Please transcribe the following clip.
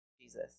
Jesus